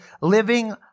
living